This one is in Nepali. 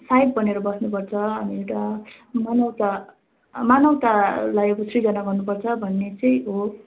सहायक बनेर बस्नुपर्छ अनि एउटा मानवता मानवतालाई बिर्सिकन भन्नुपर्छ भन्ने चाहिँ हो